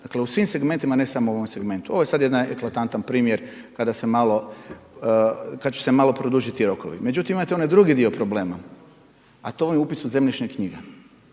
Dakle u svim segmentima a ne samo u ovom segmentu. Ovo je sada jedan eklatantan primjer kada se malo, kada će se malo produžiti rokovi. Međutim imate onaj drugi dio problema a to vam je upis u zemljišne knjige.